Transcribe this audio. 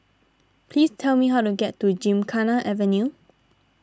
please tell me how to get to Gymkhana Avenue